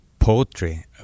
Poetry